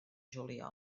juliol